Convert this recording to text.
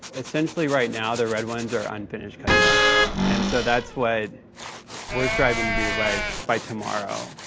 essentially right now the red ones are unfinished cut scenes. and so that's what we're striving to do by by tomorrow.